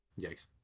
Yikes